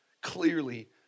clearly